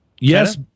Yes